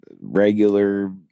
regular